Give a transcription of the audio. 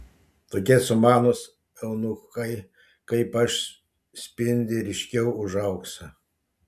tokie sumanūs eunuchai kaip aš spindi ryškiau už auksą